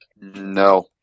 No